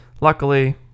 luckily